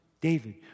David